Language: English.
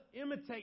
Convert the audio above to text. imitate